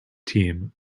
team